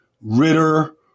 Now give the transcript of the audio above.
Ritter